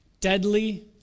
Deadly